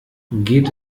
geht